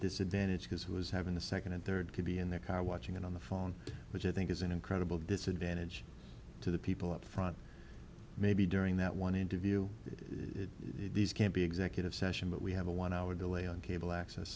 disadvantage because who is having the second and third could be in the car watching it on the phone which i think is an incredible disadvantage to the people up front maybe during that one interview these can be executive session but we have a one hour delay on cable access